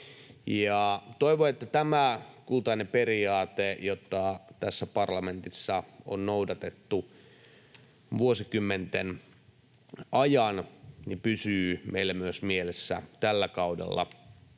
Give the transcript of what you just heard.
Toivon, että tämä kultainen periaate, jota tässä parlamentissa on noudatettu vuosikymmenten ajan, pysyy meillä myös mielessä tällä kaudella